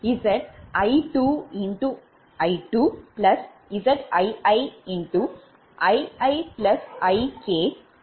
ZjnInZi1I1Zi2I2